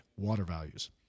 watervalues